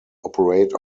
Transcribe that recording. operate